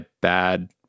bad